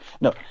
No